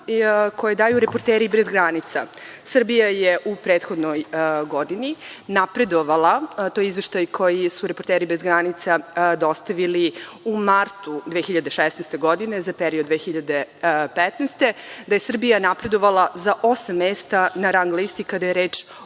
koje daju „Reporteri bez granica“. Srbija je u prethodnoj godini napredovala, to je izveštaj koji su „Reporteri bez granica“ dostavili u martu 2016. godine za period 2015. godine, za osam mesta na rang listi kada je reč